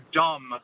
dumb